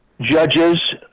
judges